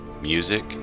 music